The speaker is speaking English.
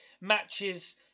matches